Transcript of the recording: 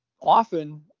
often